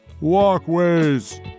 walkways